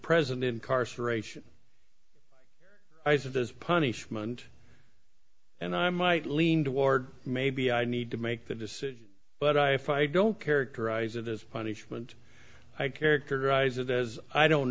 present incarceration i said as punishment and i might lean toward maybe i need to make the decision but i if i don't characterize it as punishment i characterize it as i don't